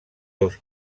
dos